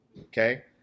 okay